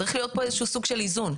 צריך להיות פה איזשהו סוג של איזון,